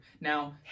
Now